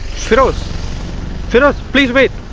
feroz feroz, please wait.